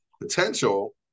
potential